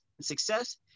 success